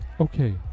Okay